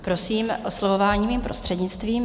Prosím, oslovování mým prostřednictvím.